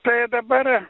tai dabar